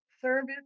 service